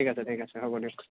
ঠিক আছে ঠিক আছে হ'ব দিয়ক